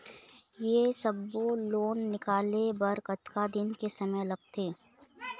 ये सब्बो लोन निकाले बर कतका दिन के समय लगथे?